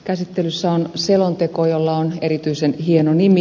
käsittelyssä on selonteko jolla on erityisen hieno nimi